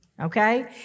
Okay